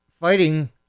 fighting